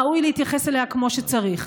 ראוי להתייחס אליה כמו שצריך.